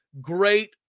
Great